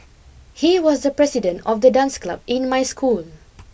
he was the president of the dance club in my school